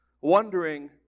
wondering